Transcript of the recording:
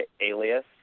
Alias